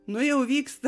nu jau vyksta